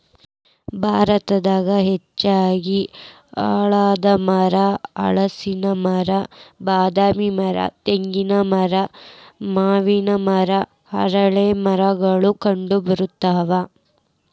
ಭಾರತದಾಗ ಹೆಚ್ಚಾಗಿ ಆಲದಮರ, ಹಲಸಿನ ಮರ, ಬಾದಾಮಿ ಮರ, ತೆಂಗಿನ ಮರ, ಮಾವಿನ ಮರ, ಅರಳೇಮರಗಳು ಕಂಡಬರ್ತಾವ